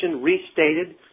restated